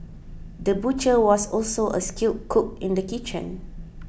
the butcher was also a skilled cook in the kitchen